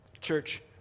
Church